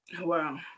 Wow